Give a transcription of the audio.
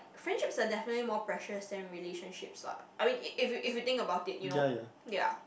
friendships are definitely more precious than relationships lah I mean if you if you think about it you know ya